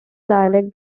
dialect